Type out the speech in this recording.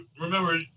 remember